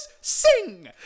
sing